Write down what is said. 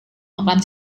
makan